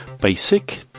Basic